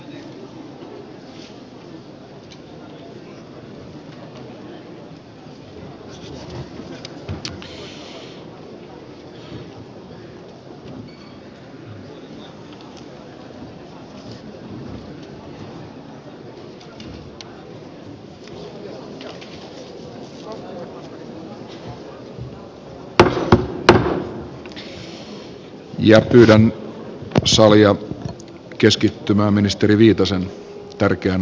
pyydän salia keskittymään ministeri viitasen tärkeään asiaan